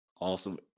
Awesome